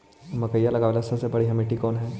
मकई लगावेला सबसे बढ़िया मिट्टी कौन हैइ?